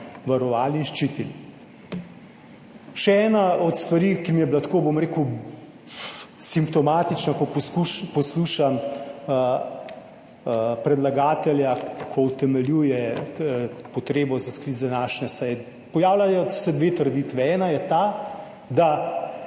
varovali in ščitili. Še ena od stvari, ki mi je bila tako, bom rekel, simptomatična, ko poskuša…, poslušam predlagatelja, ko utemeljuje potrebo za sklic današnje seje. Pojavljajo se dve trditvi. Ena je ta, da